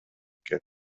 экен